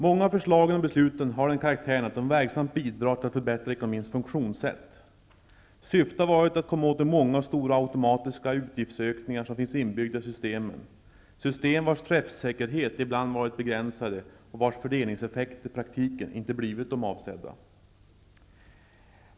Många av förslagen och besluten har den karaktären att de verksamt bidrar till att förbättra ekonomins funktionssätt. Syftet har varit att komma åt de många och stora automatiska utgiftsökningar som finns inbyggda i systemen -- system vilkas träffsäkerhet ibland varit begränsad och vilkas fördelningseffekter i praktiken inte blivit de avsedda.